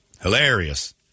hilarious